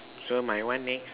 so my one next